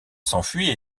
s’enfuit